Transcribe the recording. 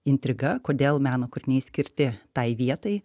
intriga kodėl meno kūriniai skirti tai vietai